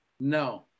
no